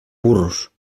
burros